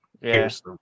yes